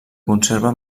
conserva